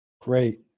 Great